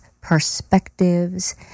perspectives